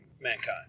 mankind